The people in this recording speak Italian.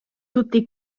tutti